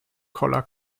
collar